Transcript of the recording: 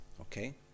Okay